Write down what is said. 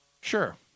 Sure